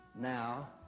now